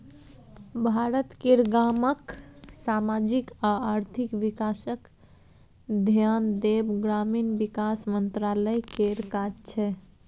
भारत केर गामक समाजिक आ आर्थिक बिकासक धेआन देब ग्रामीण बिकास मंत्रालय केर काज छै